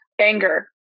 Anger